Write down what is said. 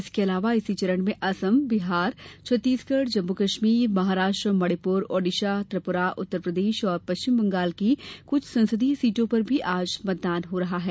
इसके अलावा इसी चरण में असम बिहार छत्तीसगढ़ जम्मू कश्मीर महाराष्ट्र मणिपुर ओडिसा त्रिपुरा उत्तर प्रदेश और पश्चिम बंगाल की कुछ संसदीय सीटों पर भी आज मतदान हो रहा है